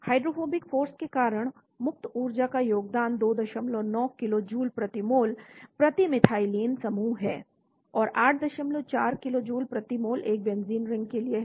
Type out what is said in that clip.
hydrophobic force के कारण मुक्त ऊर्जा का योगदान 29 किलो जूल प्रति मोल प्रति मिथाइलिन समूह है और 84 किलो जूल प्रति मोल एक बेंजीन रिंग के लिए है